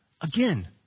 again